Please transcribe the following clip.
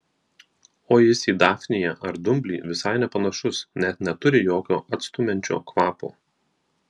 o jis į dafniją ar dumblį visai nepanašus net neturi jokio atstumiančio kvapo